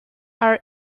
are